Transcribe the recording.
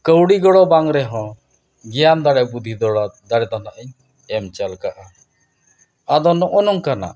ᱠᱟᱹᱣᱰᱤ ᱜᱚᱲᱚ ᱵᱟᱝ ᱨᱮᱦᱚᱸ ᱜᱮᱭᱟᱱ ᱫᱟᱲᱮ ᱵᱩᱫᱽᱫᱷᱤ ᱫᱟᱲᱮ ᱫᱚ ᱦᱟᱸᱜ ᱮᱢ ᱪᱟᱞ ᱠᱟᱜᱼᱟ ᱟᱫᱚ ᱱᱚᱜᱼᱚ ᱱᱚᱝᱠᱟᱱᱟᱜ